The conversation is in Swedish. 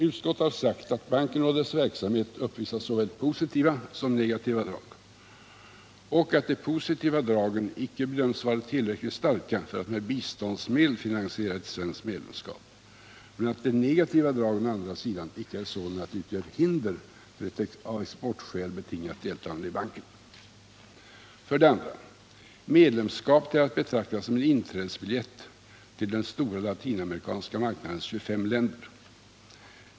Utskottet har sagt att banken och dess verksamhet uppvisar såväl positiva som negativa drag och att de positiva dragen icke bedöms vara tillräckligt starka för att man med biståndsdelen skall kunna finansiera ett svenskt medlemskap, men att å andra sidan de negativa dragen icke är sådana att de utgör hinder för ett av exportskäl betingat deltagande i banken. För det andra: Medlemskapet är att betrakta som en inträdesbiljett till den stora latinamerikanska marknadens 25 länder.